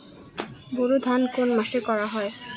বোরো ধান কোন মাসে করা হয়?